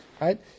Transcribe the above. Right